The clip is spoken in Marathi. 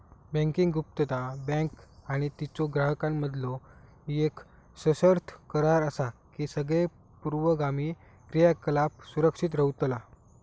बँकिंग गुप्तता, बँक आणि तिच्यो ग्राहकांमधीलो येक सशर्त करार असा की सगळे पूर्वगामी क्रियाकलाप सुरक्षित रव्हतला